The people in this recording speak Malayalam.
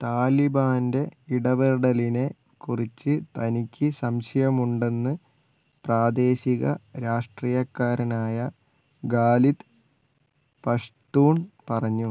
താലിബാൻ്റെ ഇടപെടലിനെ കുറിച്ച് തനിക്ക് സംശയമുണ്ടെന്ന് പ്രാദേശിക രാഷ്ട്രീയക്കാരനായ ഗാലിദ് പഷ്ത്തൂൺ പറഞ്ഞു